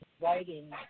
writing